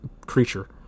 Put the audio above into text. creature